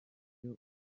iyo